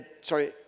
sorry